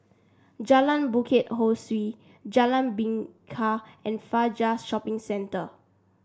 Jalan Bukit Ho Swee Jalan Bingka and Fajar Shopping Centre